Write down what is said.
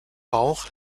bauch